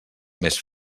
més